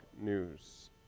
news